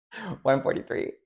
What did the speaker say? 143